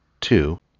Two